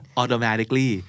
automatically